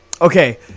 Okay